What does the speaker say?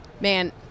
Man